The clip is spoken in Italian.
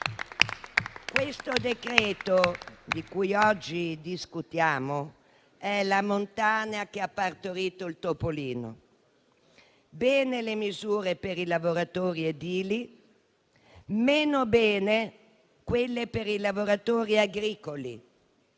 Questo decreto di cui oggi discutiamo è la montagna che ha partorito il topolino. Bene le misure per i lavoratori edili; meno bene quelle per i lavoratori agricoli.